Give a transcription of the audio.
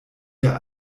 ihr